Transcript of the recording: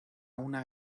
una